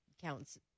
Counts